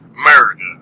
America